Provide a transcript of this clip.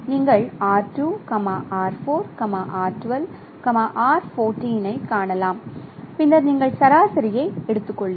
நீங்கள் R2 R4 R12 R14 ஐக் காணலாம் பின்னர் நீங்கள் சராசரியை எடுத்துக் கொள்ளுங்கள்